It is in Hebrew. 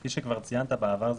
כפי שכבר ציינת בעבר,